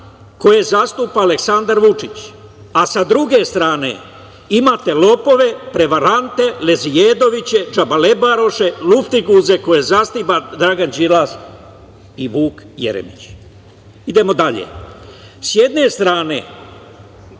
koje zastupa Aleksandar Vučić, a sa druge strane imate lopove, prevarante, lezijedoviće, džabalebaroše, luftiguze koje zasniva Dragan Đilas i Vuk Jeremić. Idemo dalje. S jedne strane